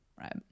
Right